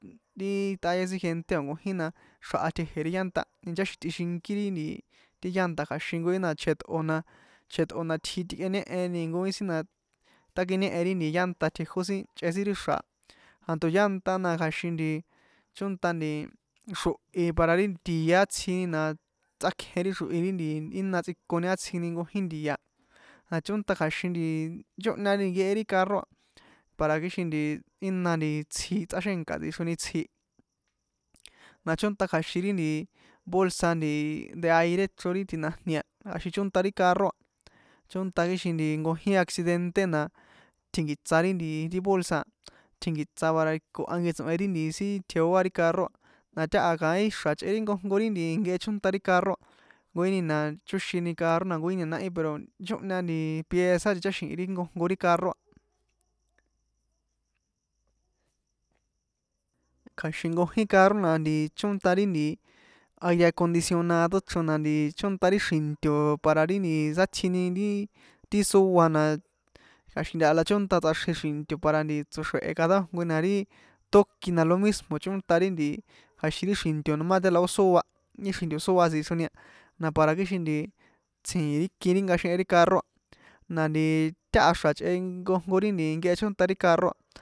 Ri tꞌaya sin gente o̱ nkojin na xra̱ha tjeje̱ ri llanta ticháxi̱n tꞌixinkí ri nti llanta kja̱xin nkojín na cheṭꞌo̱ na cheṭꞌo itji tikꞌeñehe nkojin sin na takiñehe ri nti llanta tjejó sin ichꞌe sin ti ixra̱ a tanto llanta na kja̱xin chónta xrohi para ri tie átsjini na tsꞌákjen ri xrohi ri nti jína tsꞌikoni átsjini nkojin ntia na chónta kja̱xin nti nchóhña nkehe ri carro a para kixin nti jína itsji tsꞌaxènka tsixroni itsji na chónta kja̱xin ri nti bolsa nti de aire ichro ri ti̱na̱jni na kja̱xin chónta ri carro a chónta kixin nti nkojín accidente na tsjínkiṭsa ri nti ti bolsa atjinkiṭsa para koha nkehe tso̱hen ri sin tjeoa ri carro a na taha kaín ixra̱ ichꞌe nkojnko ri nti nkehe chónta ri carro a nkoji na chóxini carro na nkojini na náhí pero nchóhña nti pieza ticháxi̱hin nkojnko ri carro a. kja̱xin nkojin carro na chónta ri nti aire acondicionado chro na chónta ri xri̱nto̱ para ri sátsjini ri ti sóa na kja̱xin ntaha la chónta tsꞌaxrje xri̱nto̱ para nti tso̱xre̱he cada jnkoni na ri tókin na lo mismo chónta ri nti kja̱xin ri xri̱nto̱ noma táha la ó sóá xri̱nto̱ sóa tsixroni a na par ixi nti tsjìn ri iki ri nkaxenhen ri carro a na nti táha xra̱ chꞌe nkojnko ri nti nkehe chónta ri carro.